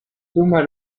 thomas